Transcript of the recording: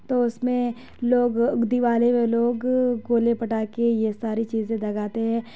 تو اس میں لوگ دیوالی میں لوگ گولے پٹاخے یہ ساری چیزیں دگاتے ہیں